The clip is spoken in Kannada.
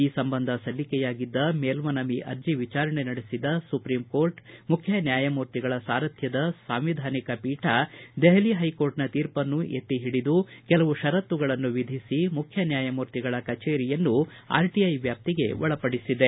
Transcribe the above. ಈ ಸಂಬಂಧ ಸಲ್ಲಿಕೆಯಾಗಿದ್ದ ಮೇಲ್ಮನವಿ ಅರ್ಜಿ ವಿಚಾರಣೆ ನಡೆಸಿದ ಸುಪ್ರೀಂ ಕೋರ್ಟ್ ಮುಖ್ಯ ನ್ಯಾಯಮೂರ್ತಿಗಳ ಸಾರಥ್ಯದ ಸಾಂವಿಧಾನಿಕ ಪೀಠ ದೆಹಲಿ ಹೈಕೋರ್ಟ್ನ ತೀರ್ಪನ್ನು ಎತ್ತಿ ಹಿಡಿದು ಕೆಲವು ಷರತ್ತುಗಳನ್ನು ವಿಧಿಸಿ ಮುಖ್ಯ ನ್ಯಾಯಮೂರ್ತಿಗಳ ಕಚೇರಿಯನ್ನು ಆರ್ಟಿಐ ವ್ಯಾಪ್ತಿಗೆ ಒಳಪಡಿಸಿದೆ